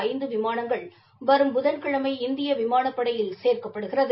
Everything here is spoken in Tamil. ஐந்து விமானங்கள் வரும் புதன்கிழமை இந்தியா விமானப்படையில் சேர்க்கப்படுகிறது